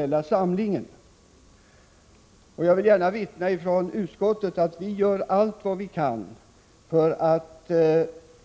Jag vill från socialutskottet gärna vittna om att vi gör allt vad vi kan för att